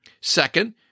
Second